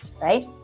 right